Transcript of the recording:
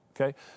Okay